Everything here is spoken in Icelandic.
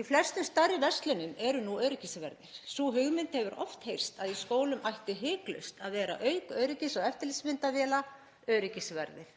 Í flestum stærri verslunum eru nú öryggisverðir og sú hugmynd hefur oft heyrst að í skólum ættu hiklaust að vera, auk öryggis- og eftirlitsmyndavéla, öryggisverðir.